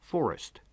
Forest